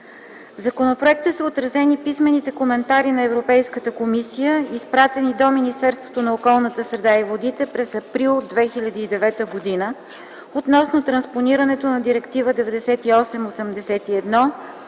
законопроекта са отразени писмените коментари на Европейската комисия, изпратени до Министерството на околната среда и водите през април 2009 г., относно транспонирането на Директива 98/81/ЕО,